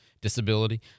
disability